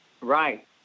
Right